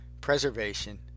preservation